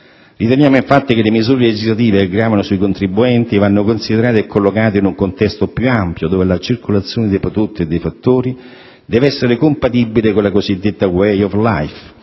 Riteniamo, infatti, che le misure legislative che gravano sui contribuenti vanno considerate e collocate in un contesto più ampio dove la circolazione dei prodotti e dei fattori deve essere compatibile con la cosiddetta *Way of Life*